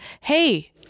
hey